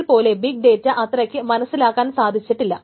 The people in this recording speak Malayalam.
NoSQL പോലെ ബിഗ് ഡേറ്റ അത്രയ്ക്ക് മനസ്സിലാക്കാൻ സാധിച്ചിട്ടില്ല